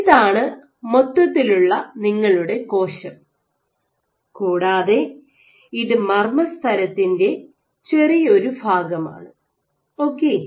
ഇതാണ് മൊത്തത്തിലുള്ള നിങ്ങളുടെ കോശം കൂടാതെ ഇത് മർമ്മ സ്തരത്തിന്റെ ചെറിയ ഒരു ഭാഗമാണ് ഓക്കേ